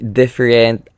different